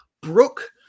Brooke